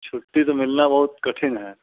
छुट्टी तो मिलना बहुत कठिन है